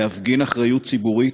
להפגין אחריות ציבורית,